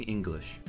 English 。